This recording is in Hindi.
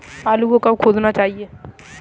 आलू को कब खोदना चाहिए?